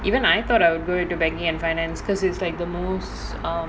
even I thought I would go into banking and finance because it's like the most err